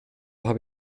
habe